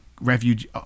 refuge